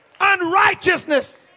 unrighteousness